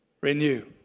Renew